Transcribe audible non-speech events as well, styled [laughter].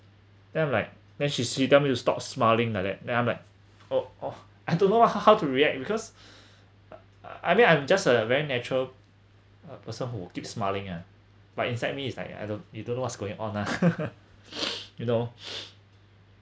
then I'm like then she sit down you stop smiling like that then I'm like oh oh I don't know h~ how to react because [breath] I mean I'm just a very natural uh person who keep smiling uh but inside me it's like I don~ you don't know what's going on lah [laughs] you know